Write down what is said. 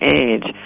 age